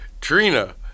Trina